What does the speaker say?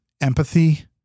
empathy